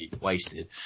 wasted